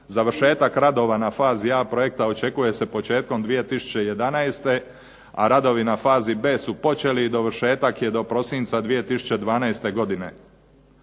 Završetak radova na fazi A projekta očekuje se početkom 2011., a radovi na fazi B su počeli i dovršetak je do prosinca 2012. godine.